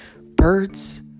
Birds